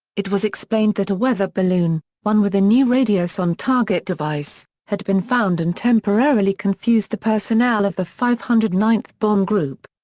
it was explained that a weather balloon, one with a new radiosonde target device, had been found and temporarily confused the personnel of the five hundred and ninth bomb group.